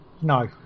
No